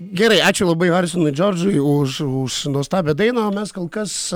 gerai ačiū labai harisonui džordžui už už nuostabią dainą o mes kol kas